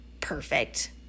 perfect